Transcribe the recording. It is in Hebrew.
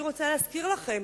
אני רוצה להזכיר לכם